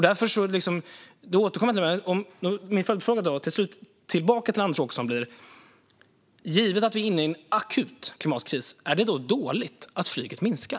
Därför blir min följdfråga tillbaka till Anders Åkesson: Givet att vi är inne i en akut klimatkris, är det då dåligt att flyget minskar?